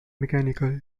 mechanical